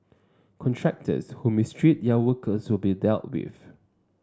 contractors who mistreat their workers will be dealt with